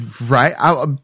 Right